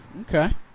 Okay